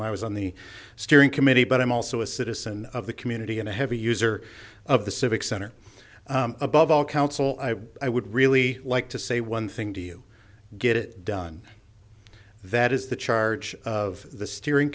why i was on the steering committee but i'm also a citizen of the community and a heavy user of the civic center above all counsel i i would really like to say one thing to you get it done that is the charge of the steering